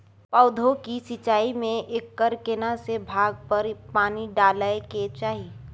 पौधों की सिंचाई में एकर केना से भाग पर पानी डालय के चाही?